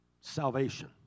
salvation